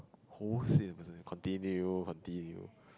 almost said that person name continue continue